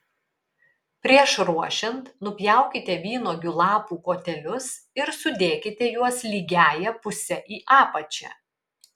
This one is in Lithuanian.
prieš ruošiant nupjaukite vynuogių lapų kotelius ir sudėkite juos lygiąja puse į apačią